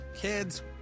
Kids